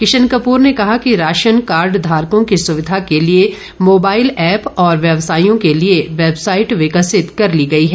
किशन कप्र ने कहा कि राशन कार्ड धारकों की सुविधा के लिए मोबाईल एप्प और व्यवसायियों के लिए वैबसाईट विकसित कर ली गई है